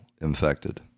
infected